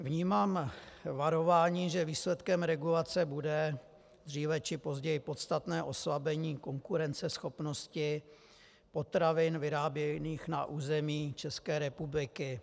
Vnímám varování, že výsledkem regulace bude dříve či později podstatné oslabení konkurenceschopnosti potravin vyráběných na území České republiky.